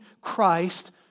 Christ